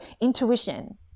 intuition